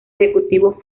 ejecutivo